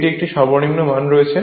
এটি একটি সর্বনিম্ন মান রয়েছে